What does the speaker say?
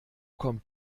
kommt